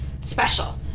special